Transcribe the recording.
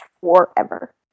forever